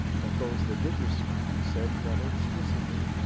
but those that did respond said rather explicitly,